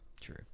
True